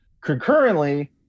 Concurrently